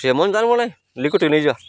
ନେଇଯିବା